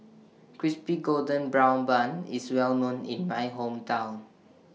Crispy Golden Brown Bun IS Well known in My Hometown